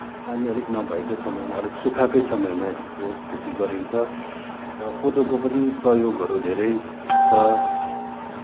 पानी अलिक नभएकै समयमा अलिक सुखाकै समयमा यसको खेती गरिन्छ र कोदोको पनि प्रयोगहरू धेरै छ